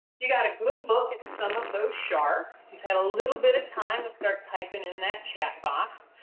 you got a good look at some of those sharks. you've had a little bit of time to start typing in that chat box.